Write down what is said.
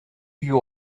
you